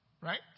right